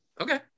Okay